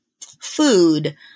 food